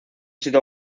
sido